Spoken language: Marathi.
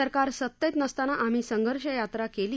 सरकार सत्तेत नसताना आम्ही संघर्ष यात्रा केली